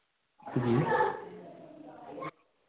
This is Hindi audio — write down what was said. जी